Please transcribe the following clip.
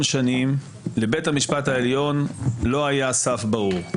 שנים לבית המשפט העליון לא היה סף ברור.